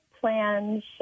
plans